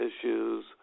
issues